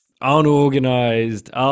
unorganized